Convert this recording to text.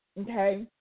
okay